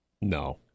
No